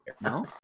No